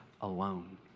alone